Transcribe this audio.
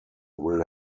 will